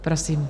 Prosím.